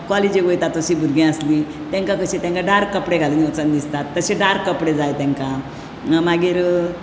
कॉलेजीक वयता तशी भुरगीं आसली तेंका कशें तेंका डार्क कपडे घालीन वचन दिसता तशें डार्क कपडे जाय तेंकां मागीर